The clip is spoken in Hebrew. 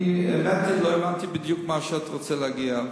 אני לא הבנתי בדיוק לְמה את רוצה להגיע.